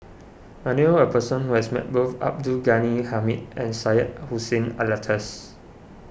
I knew a person who has met both Abdul Ghani Hamid and Syed Hussein Alatas